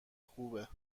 خوبه